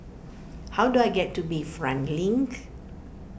how do I get to Bayfront Link